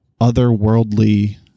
otherworldly